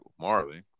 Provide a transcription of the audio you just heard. Marley